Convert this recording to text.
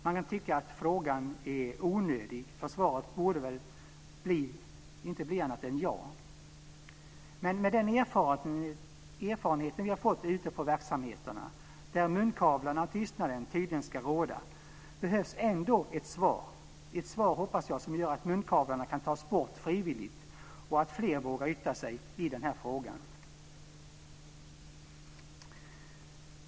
Man kan tycka att frågan är onödig, eftersom svaret inte borde bli annat än ja. Men med den erfarenhet som vi fått ute på verksamheterna, där munkavlarna och tystnaden tydligen ska råda, behövs ändå ett svar. Jag hoppas att det blir ett svar som gör att munkavlarna kan tas bort frivilligt och att fler vågar yttra sig i frågan.